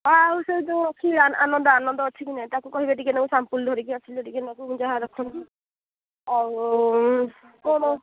ଆଉ ସେ ଯେଉଁ ଅଛି ଆ ଆନନ୍ଦ ଆନନ୍ଦ ଅଛି କି ନାହିଁ ତାକୁ କହିବେ ଟିକେ ନାକୁ ସାମ୍ପୁଲ ଧରିକି ଆସିଲେ ଟିକେ ନାକୁ ଯାହା ରଖନ୍ତି ଆଉ